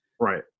Right